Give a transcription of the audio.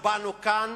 באנו כאן